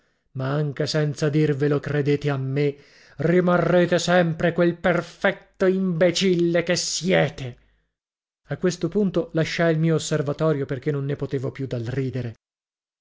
ma anche senza dirvelo credete a me rimarrete sempre quel perfetto imbecille che siete a questo punto lasciai il mio osservatorio perché non ne potevo più dal ridere